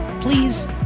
Please